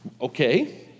Okay